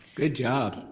good job.